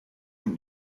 and